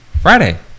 Friday